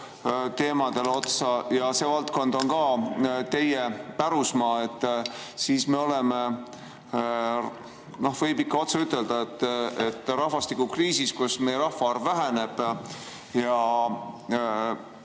rahvastikuteemadele – see valdkond on ka teie pärusmaa –, siis me oleme, võib ikka otse ütelda, rahvastikukriisis, kus meie rahvaarv väheneb.